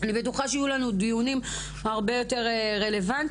אני בטוחה שיהיו לנו דיונים הרבה יותר רלוונטיים.